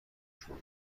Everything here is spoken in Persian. شروع